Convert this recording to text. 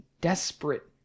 desperate